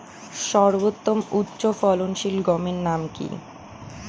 সর্বতম উচ্চ ফলনশীল গমের নাম কি?